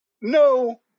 no